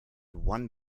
one